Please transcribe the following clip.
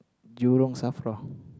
Jurong Safra